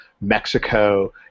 Mexico